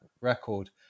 record